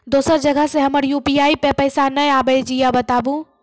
दोसर जगह से हमर यु.पी.आई पे पैसा नैय आबे या बताबू?